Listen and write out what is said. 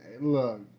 Look